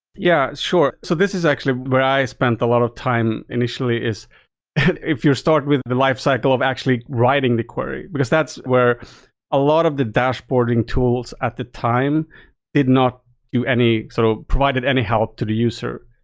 yeah, sure. so this is actually where i spend a lot of time initially, is if you start with the lifecycle of actually writing the query, because that's where a lot of the dashboarding tools at the time did not do any sort of provided any help to the user.